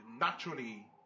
naturally